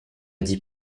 dit